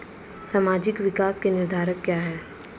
सामाजिक विकास के निर्धारक क्या है?